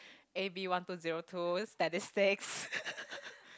A_B one two zero two statistics